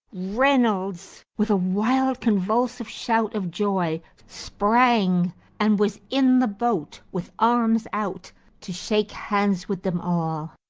reynolds with a wild convulsive shout of joy sprang and was in the boat with arms out to shake hands with them all.